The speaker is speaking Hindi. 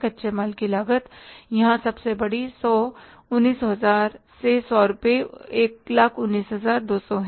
कच्चे माल की लागत यहां सबसे बड़ी 100 19000 से 100 रुपये 119200 है